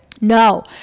no